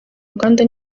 uganda